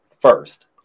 first